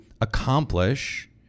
accomplish